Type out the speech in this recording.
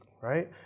right